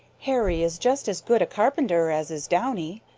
hairy is just as good a carpenter as is downy,